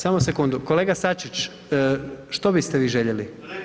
Samo sekundu, kolega Sačić, što biste vi željeli?